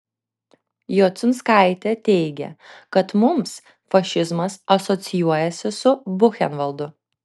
jociunskaitė teigė kad mums fašizmas asocijuojasi su buchenvaldu